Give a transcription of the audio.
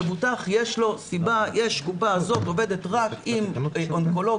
למבוטח יש סיבה והקופה הזאת עובדת רק עם אונקולוג